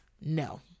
No